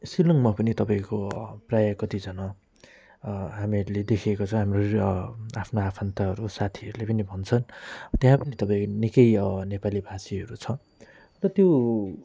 शिलाङमा पनि तपाईँको प्रायः कतिजना हामीहरूले देखेको छ हाम्रो आफ्नो आफन्तहरू साथीहरूले पनि भन्छन् त्यहाँको तपाईँ निकै नेपालीभाषीहरू छ र त्यो